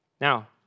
Now